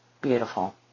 beautiful